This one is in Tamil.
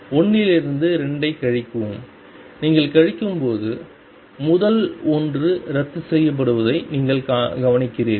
1 இலிருந்து 2 ஐக் கழிக்கவும் நீங்கள் கழிக்கும்போது முதல் ஒன்று ரத்துசெய்யப்படுவதை நீங்கள் கவனிக்கிறீர்கள்